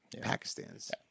pakistan's